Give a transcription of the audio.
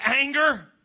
anger